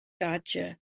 Gotcha